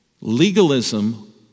Legalism